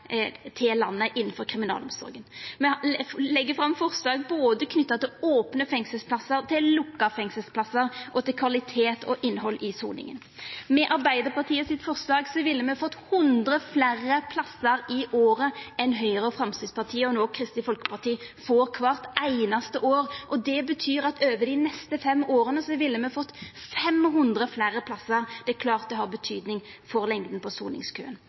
landet innanfor kriminalomsorga. Me legg fram forslag knytte til både opne fengselsplassar, lukka fengselsplassar og kvalitet og innhald i soninga. Med Arbeidarpartiet sitt forslag ville me fått 100 fleire plassar i året enn Høgre, Framstegspartiet og no Kristeleg Folkeparti får, kvart einaste år. Det betyr at over dei neste fem åra ville me fått 500 fleire plassar. Det er klart det har betydning for lengda på soningskøen.